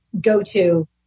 go-to